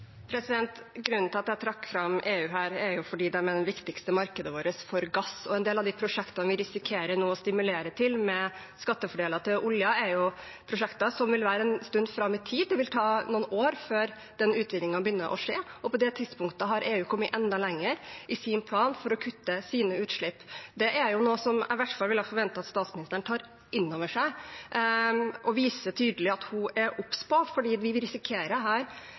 Grunnen til at jeg trakk fram EU her, er at det er det viktigste markedet vårt for gass, og en del av de prosjektene vi nå risikerer å stimulere til med skattefordeler til oljen, er jo prosjekter som vil komme en stund fram i tid, og det vil ta noen år før den utvinningen begynner å skje. På det tidspunktet har EU kommet enda lenger i sin plan for å kutte i sine utslipp. Det er noe jeg i hvert fall ville ha forventet at statsministeren tar inn over seg og tydelig viser at hun er obs på, for vi risikerer her